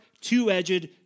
two-edged